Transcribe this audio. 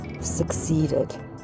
succeeded